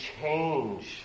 change